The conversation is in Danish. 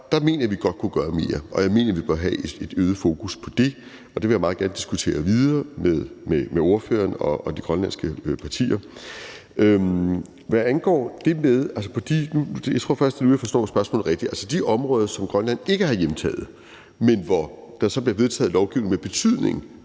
mener jeg, at vi godt kunne gøre mere. Og jeg mener, at vi bør have et øget fokus på det. Det vil jeg meget gerne diskutere videre med ordføreren og de grønlandske partier. Hvad angår det sidste, vil jeg sige, at jeg tror, det først er nu, jeg forstår spørgsmålet rigtigt. Altså, de områder, som Grønland ikke har hjemtaget, men hvor der så bliver vedtaget lovgivning med betydning